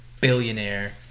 billionaire